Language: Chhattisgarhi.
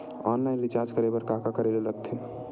ऑनलाइन रिचार्ज करे बर का का करे ल लगथे?